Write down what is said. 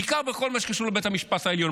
בעיקר בכל מה שקשור לבית המשפט העליון.